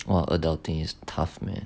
!wah! adulting is tough man